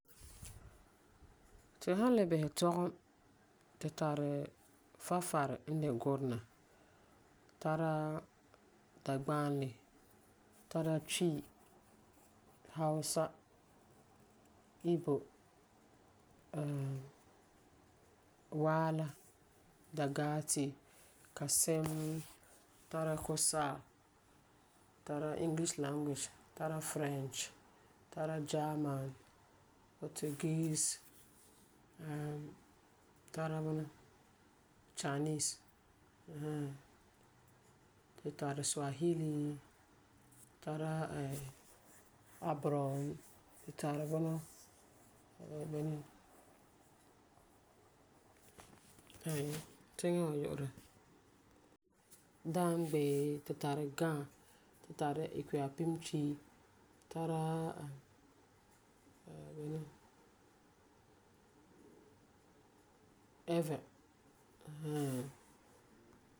Tu san le bise tɔgum, tu tari Farefari n de Gurenɛ. Tara Dagbanli, tara Twi, Hausa Igbo, Waala, Dagaati, Kasim, tara Kusaal, tara English language, tara French. Tara German, Portuguese. tara bunɔ Chinese ɛɛn hɛɛn. Tu tari Swahili, tara Abron. Tara bunɔ be beni, tiŋa wa yu'urɛ, Damgbe, Ga. Tu tari Akuapem Twi. Tara beni, Ewe ɛɛn hɛɛn.